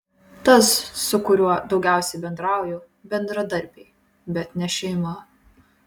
tas su kuriuo daugiausiai bendrauju bendradarbiai bet ne šeima